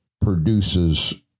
produces